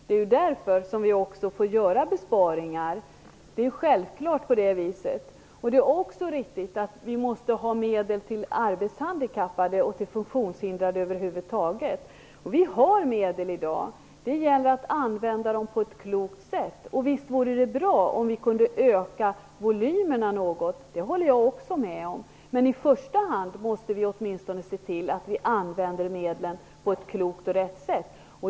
Det är därför vi måste göra besparingar. Det är självklart att det är så. Det är riktigt att vi måste ha medel till arbetshandikappade och funktionshindrade över huvud taget. Vi har medel i dag. Det gäller att använda dem på ett klokt sätt. Visst vore det bra om vi kunde öka volymerna något, det håller jag med om. Men vi måste i första hand se till att vi använder medlen på ett klokt och riktigt sätt.